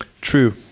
True